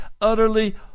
utterly